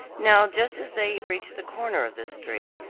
now just as they reached the corner of this street,